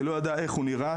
שלא ידע איך הוא נראה,